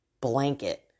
blanket